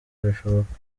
birashoboka